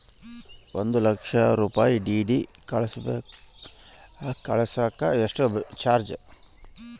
ಒಂದು ಲಕ್ಷ ರೂಪಾಯಿ ಡಿ.ಡಿ ಕಳಸಾಕ ಎಷ್ಟು ಚಾರ್ಜ್?